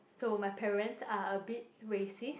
so my parents are a bit racist